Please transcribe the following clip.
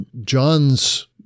John's